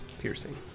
piercing